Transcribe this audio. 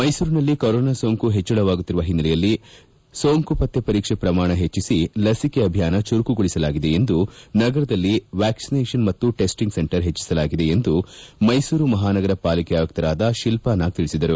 ಮೈಸೂರಿನಲ್ಲಿ ಕೊರೋನಾ ಸೋಂಕು ಹೆಚ್ಚಳವಾಗುತ್ತಿರುವ ಹಿನ್ನೆಲೆಯಲ್ಲಿ ಸೋಂಕು ಪತ್ತೆ ವರೀಕ್ಷೆ ಪ್ರಮಾಣ ಹೆಚ್ಚಿಸಿ ಲಸಿಕೆ ಅಭಿಯಾನ ಚುರುಕುಗೊಳಸಲಾಗಿದೆ ಎಂದು ನಗರದಲ್ಲಿ ವ್ಯಾಕ್ಲಿನೇಷನ್ ಮತ್ತು ಟೆಸ್ಟಿಂಗ್ ಸೆಂಟರ್ ಹೆಚ್ಚಿಸಲಾಗಿದೆ ಎಂದು ಮೈಸೂರು ಮಹಾನಗರ ಪಾಲಿಕೆ ಆಯುಕ್ತರಾದ ಶಿಲ್ಪಾನಾಗ್ ತಿಳಿಸಿದರು